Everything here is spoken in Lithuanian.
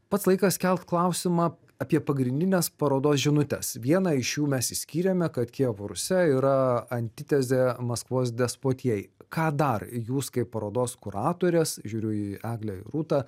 pats laikas kelt klausimą apie pagrindines parodos žinutes vieną iš jų mes išskyrėme kad kijevo rusia yra antitezė maskvos despotijai ką dar jūs kaip parodos kuratorės žiūriu į eglę ir rūtą